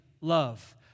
love